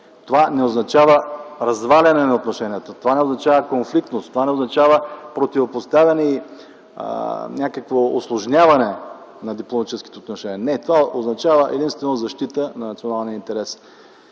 Това не означава разваляне на отношенията, това не означава конфликт, това не означава противопоставяне и някакво усложняване на дипломатическите отношения. Не, това означава единствено защита на националния интерес.